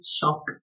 shock